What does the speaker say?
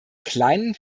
kleinen